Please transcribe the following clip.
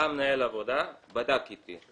בא מנהל עבודה ובדק איתי.